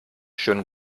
schönen